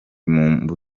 mbuto